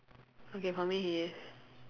okay for me he is